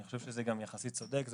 אני חושב שזה גם יחסית צודק.